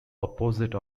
opposite